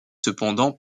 cependant